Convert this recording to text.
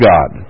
God